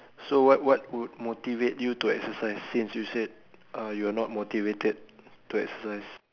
so what what would motivate you to exercise since you said uh you are not motivated to exercise